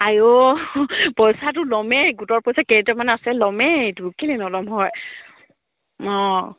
আইঔ পইচাটো ল'মেই গোটৰ পইচা কেইটামান আছে ল'মেই এইটো কেলৈ নল'ম হয় অঁ